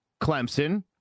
Clemson